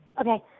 Okay